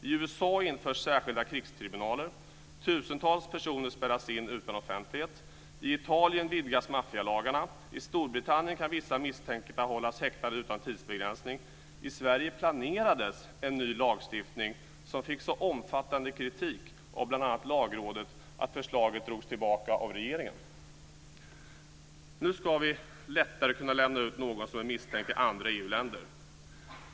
I USA införs särskilda krigstribunaler. Tusentals personer spärras in utan offentlighet. I Italien vidgas maffialagarna. I Storbritannien kan vissa misstänkta hållas häktade utan tidsbegränsning. I Sverige planerades en ny lagstiftning som fick så omfattande kritik av bl.a. Lagrådet att förslaget drogs tillbaka av regeringen. Nu ska vi lättare kunna lämna ut någon som är misstänkt till andra EU-länder.